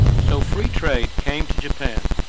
so free trade came to japan.